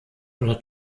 oder